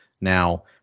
Now